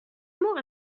موقع